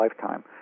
lifetime